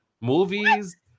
movies